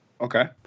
Okay